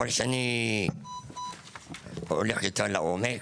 אבל כשאני נכנס יותר לעומק,